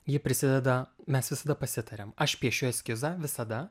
ji prisideda mes visada pasitariam aš piešiu eskizą visada